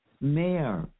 mayor